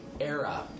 Era